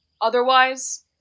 Otherwise